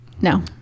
No